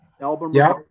album